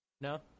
No